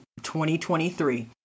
2023